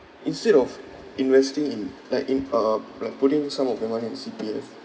instead of investing in like in um like putting some of your money in C_P_F